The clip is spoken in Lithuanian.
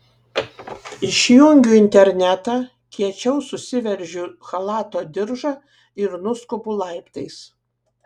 išjungiu internetą kiečiau susiveržiu chalato diržą ir nuskubu laiptais